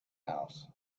house